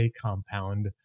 compound